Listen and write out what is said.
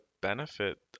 benefit